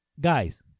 guys